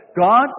God